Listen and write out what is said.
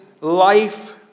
life